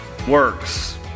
works